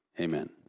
Amen